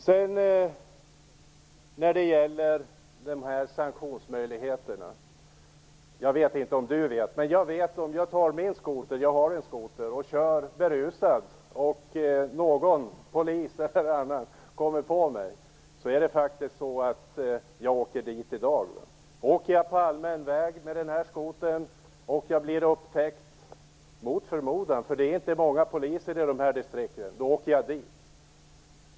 Sedan vill jag ta upp detta med sanktionsmöjligheterna. Om jag kör berusad på min skoter och en polis kommer på mig så åker jag dit, även med de regler som gäller i dag. Åker jag skoter på allmän väg och blir upptäckt - mot förmodan, därför att det finns inte många poliser i dessa distrikt - så åker jag dit.